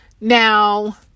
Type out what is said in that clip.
Now